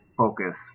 focus